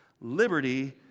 liberty